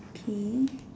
okay